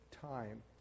time